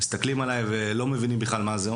מסתכלים עליי ולא מבינים בכלל מה זה.